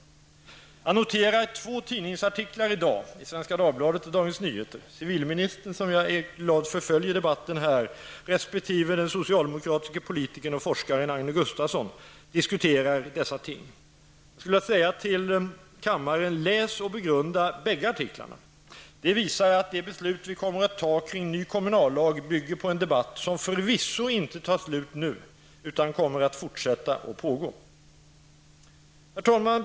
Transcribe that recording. Jag noterar två tidningsartiklar i dag i Svenska som jag är glad följer debatten här i dag -- resp. den socialdemokratiske politikern och forskaren Agne Gustafsson diskuterar dessa ting. Jag skulle vilja säga till kammaren om bägge: Läs och begrunda bägge artiklarna! De visar att de beslut vi kommer att fatta kring ny kommunallag bygger på en debatt som förvisso inte tar slut nu utan kommer att fortsätta att pågå. Herr talman!